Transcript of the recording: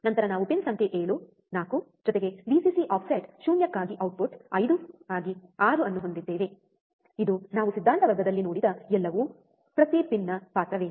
ನಂತರ ನಾವು ಪಿನ್ ಸಂಖ್ಯೆ 7 4 ಜೊತೆಗೆ ವಿಸಿಸಿ ಆಫ್ಸೆಟ್ ಶೂನ್ಯಕ್ಕಾಗಿ ಔಟ್ಪುಟ್ 5 ಗಾಗಿ 6 ಅನ್ನು ಹೊಂದಿದ್ದೇವೆ ಇದು ನಾವು ಸಿದ್ಧಾಂತ ವರ್ಗದಲ್ಲಿ ನೋಡಿದ ಎಲ್ಲವೂ ಪ್ರತಿ ಪಿನ್ನ ಪಾತ್ರವೇನು